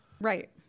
Right